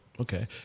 Okay